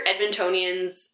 Edmontonians